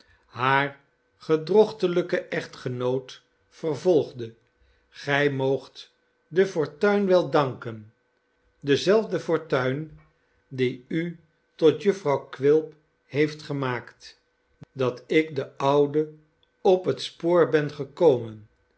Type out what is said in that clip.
haar gedrochtelijke echtgenoot vervolgde gij moogt de fortuin wel danken dezelfde fortuin die u tot jufvrouw quilp heeft gemaakt dat ik den oude op het spoor ben gekomen